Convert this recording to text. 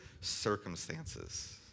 circumstances